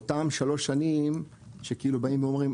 אותם שלוש שנים שכאילו באים ואומרים,